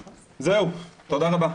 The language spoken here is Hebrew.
זהו, תודה רבה.